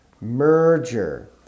Merger